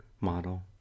model